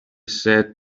said